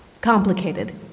Complicated